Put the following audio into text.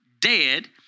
Dead